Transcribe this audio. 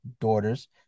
daughters